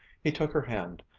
he took her hand,